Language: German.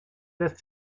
lässt